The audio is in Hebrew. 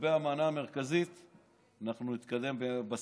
לגבי המנה המרכזית אנחנו נתקדם בסיכום,